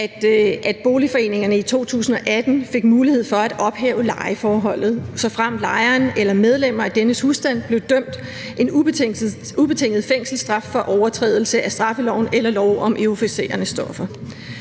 at boligforeningerne i 2018 fik mulighed for at ophæve lejeforholdet, såfremt lejeren eller medlemmer af dennes husstand blev idømt en ubetinget fængselsstraf for overtrædelse af straffeloven eller lov om euforiserende stoffer.